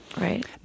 right